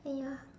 !aiya!